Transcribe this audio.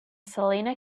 salina